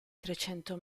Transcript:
trecento